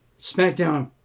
Smackdown